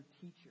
teacher